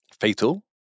fatal